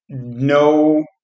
No